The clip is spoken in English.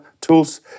tools